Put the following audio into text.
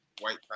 white